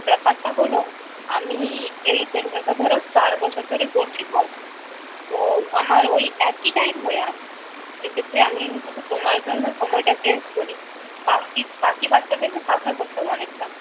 ব্যাপারটা হলো আমি এই সেন্টারটা ধরো চার বছর ধরে করছি তো তো আমার ওই একই টাইম হয়ে আসছে সেক্ষেত্রে আমি যদি শুধু তোমার জন্য সময়টা চেঞ্জ করি বাকি বাকি বাচ্চাদেরকে সাফার করতে হবে অনেকটা